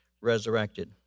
resurrected